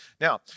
Now